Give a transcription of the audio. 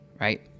right